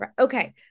Okay